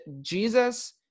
Jesus